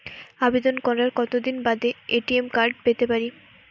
আবেদন করার কতদিন বাদে এ.টি.এম কার্ড পেতে পারি?